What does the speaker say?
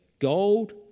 Gold